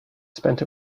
spent